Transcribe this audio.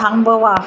थांबवा